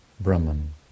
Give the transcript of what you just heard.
Brahman